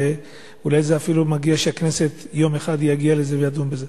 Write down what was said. ואולי אפילו הכנסת יום אחד תגיע לזה ותדון בזה.